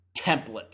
template